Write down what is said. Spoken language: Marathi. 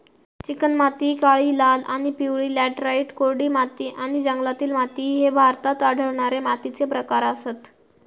चिकणमाती, काळी, लाल आणि पिवळी लॅटराइट, कोरडी माती आणि जंगलातील माती ह्ये भारतात आढळणारे मातीचे प्रकार आसत